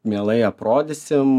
mielai aprodysim